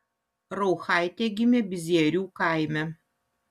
rauchaitė gimė bizierių kaime